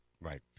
Right